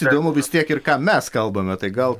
įdomu vis tiek ir ką mes kalbame tai gal